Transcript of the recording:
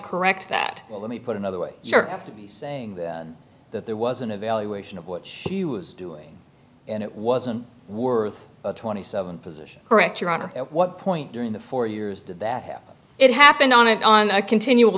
correct that let me put another way of saying that there was an evaluation of what she was doing and it wasn't worth twenty seven position correct your honor at what point during the four years that it happened on it on a continual